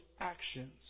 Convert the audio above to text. actions